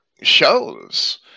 shows